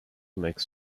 makes